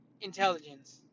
intelligence